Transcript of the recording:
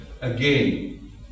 again